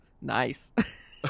nice